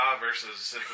versus